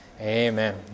Amen